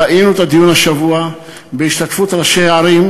ראינו את הדיון השבוע בהשתתפות ראשי ערים,